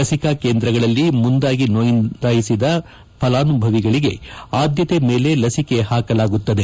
ಲಸಿಕಾ ಕೇಂದ್ರಗಳಲ್ಲಿ ಮುಂದಾಗಿ ನೋಂದಾಯಿಸಿದ ಫಲಾನುಭವಿಗಳಿಗೆ ಆದ್ಯತೆ ಮೇಲೆ ಲಸಿಕೆ ಹಾಕಲಾಗುತ್ತದೆ